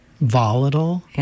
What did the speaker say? volatile